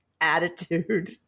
attitude